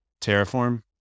Terraform